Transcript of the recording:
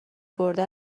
برده